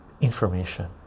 information